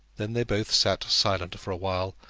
then they both sat silent for a while,